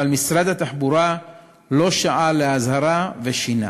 אבל משרד התחבורה לא שעה לאזהרה ושינה.